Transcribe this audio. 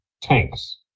tanks